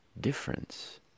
difference